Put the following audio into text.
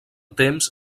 temps